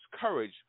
courage